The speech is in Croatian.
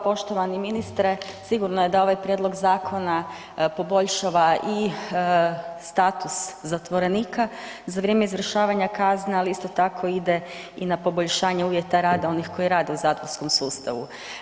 Poštovani ministre sigurno je da ovaj prijedlog zakona poboljšava i status zatvorenika za vrijeme izvršavanja kazne, ali isto tako ide i na poboljšanje uvjeta rada onih koji rade u zatvorskom sustavu.